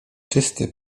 czysty